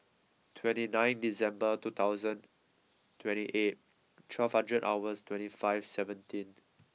twenty nine December two thousand twenty eight twelve hundred hours twenty five seventeen